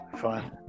Fine